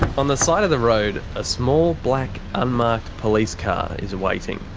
on the side of the road, a small black unmarked police car is waiting.